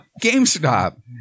GameStop